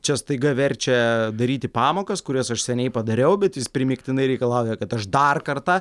čia staiga verčia daryti pamokas kurias aš seniai padariau bet jis primygtinai reikalauja kad aš dar kartą